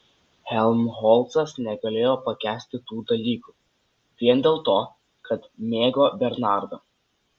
helmholcas negalėjo pakęsti tų dalykų vien dėl to kad mėgo bernardą